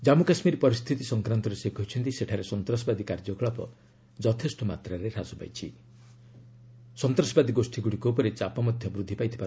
କାମ୍ମୁ କାଶ୍ମୀର ପରିସ୍ଥିତି ସଂକ୍ରାନ୍ତରେ ସେ କହିଛନ୍ତି ସେଠାରେ ସନ୍ତାସବାଦୀ କାର୍ଯ୍ୟକଳାପ ଯଥେଷ୍ଟ ମାତ୍ରାରେ ହ୍ରାସ ପାଇଛି ଓ ସନ୍ତାସବାଦୀ ଗୋଷ୍ଠୀଗୁଡ଼ିକ ଉପରେ ଚାପ ବୃଦ୍ଧି ପାଇଛି